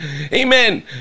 Amen